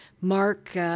Mark